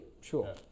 sure